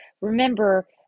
remember